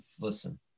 listen